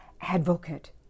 advocate